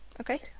Okay